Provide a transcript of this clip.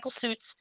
suits